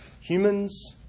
humans